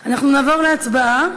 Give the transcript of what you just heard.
רגע,